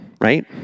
right